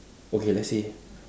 okay let's say